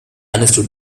understood